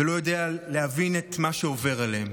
לא יודע להבין את מה שעובר עליהם.